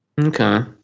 Okay